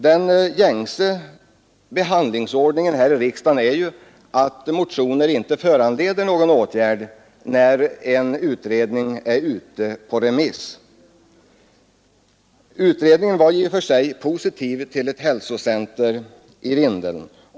Den gängse behandlingsordningen här i riksdagen är ju att motioner inte föranleder någon åtgärd när ett utredningsbetänkande är ute på remiss. Utredningen är i och för sig positiv till ett hälsocentrum i Vindeln.